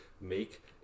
make